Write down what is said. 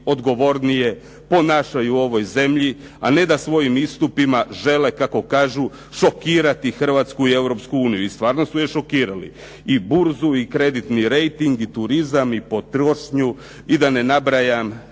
odgovornije ponašaju u ovoj zemlji, a ne da svojim istupima žele kako kažu, šokirati Hrvatsku i Europsku uniju. I stvarno su je šokirali. I burzu, i kreditni rejting, i turizam, i potrošnju i da ne nabrajam